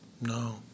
no